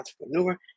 entrepreneur